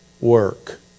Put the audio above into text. work